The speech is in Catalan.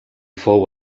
fou